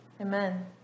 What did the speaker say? Amen